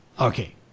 Okay